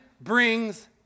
brings